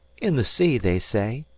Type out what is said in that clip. in the sea they say,